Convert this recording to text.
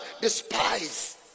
despise